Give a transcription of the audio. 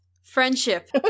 friendship